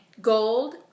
Gold